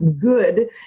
good